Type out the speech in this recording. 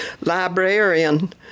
librarian